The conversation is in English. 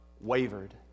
wavered